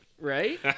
Right